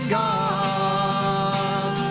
god